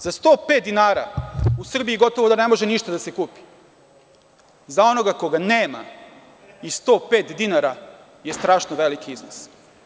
Za 105 dinara u Srbiji, gotovo da ne može ništa da se kupi, za onoga ko nema i 105 dinara je strašno veliki iznos.